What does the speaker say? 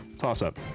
toss-up.